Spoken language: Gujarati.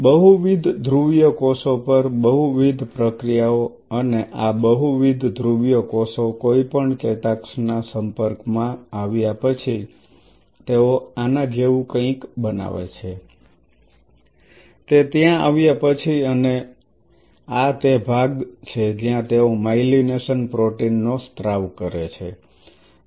બહુવિધ ધ્રુવીય કોષો પર બહુવિધ પ્રક્રિયાઓ અને આ બહુવિધ ધ્રુવીય કોષો કોઈપણ ચેતાક્ષના સંપર્કમાં આવ્યા પછી તેઓ આના જેવું કંઈક બનાવે છે તે ત્યાં આવ્યા પછી અને આ તે ભાગ છે જ્યાં તેઓ માઇલીનેશન પ્રોટીન નો સ્ત્રાવ કરે છે